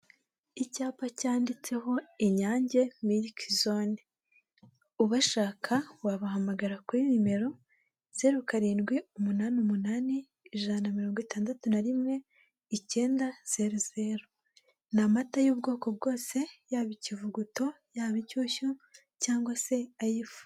Icyapa cyanditseho inyange milke zone, ubashaka wabahamagara kuri nimero zeru karindwi, umunani umunani, ijana na mirongo itandatu na rimwe, icyenda zeru zeru, ni amata y'ubwoko bwose yaba ikivuguto, yaba inshyushyu cyangwa se ay'ifu.